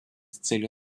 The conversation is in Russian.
целью